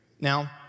Now